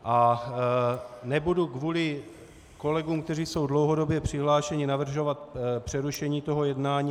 A nebudu kvůli kolegům, kteří jsou dlouhodobě přihlášeni, navrhovat přerušení toho jednání.